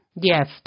yes